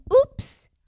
Oops